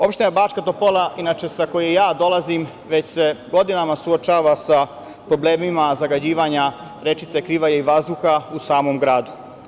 Opština Bačka Topola, inače iz koje ja dolazim, već se godinama suočava sa problemima zagađivanja rečice Krivaje i vazduha u samom gradu.